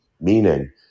meaning